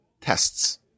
tests